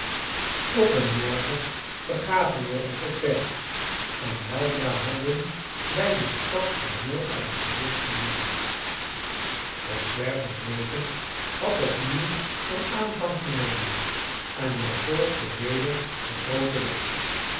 op een morgen begaven we ons op weg en weldra hadden wij de stad geheel uit het gezicht verloren ons zwervend leven had opnieuw een aanvang genomen en wij volgden weder den grooten weg